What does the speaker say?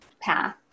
path